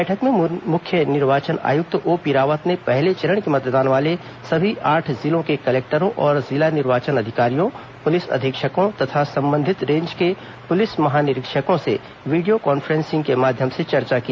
बैठक में मुख्य निर्वाचन आयुक्त ओप रावत ने पहले चरण के मतदान वाले सभी आठ जिलों के कलेक्टरों और जिला निर्वाचन अधिकारियों पुलिस अधीक्षकों तथा संबंधित रेंज के पुलिस महानिरीक्षकों से वीडियो कॉन्फ्रेंसिंग के माध्यम से चर्चा की